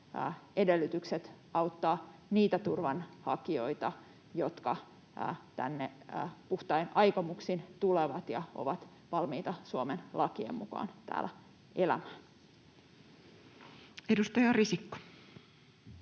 edellytykset auttaa niitä turvanhakijoita, jotka tulevat tänne puhtain aikomuksin ja ovat valmiita Suomen lakien mukaan täällä elämään. [Speech 218]